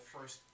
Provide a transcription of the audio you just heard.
first